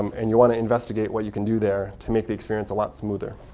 um and you want to investigate what you can do there to make the experience a lot smoother.